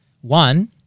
one